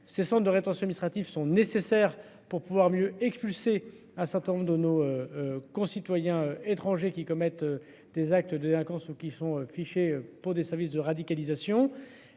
ce centre de rétention ministre sont nécessaires pour pouvoir mieux expulser un certain nombre de nos. Concitoyens étrangers qui commettent des actes de délinquance ou qui sont fichés pour des services de radicalisation.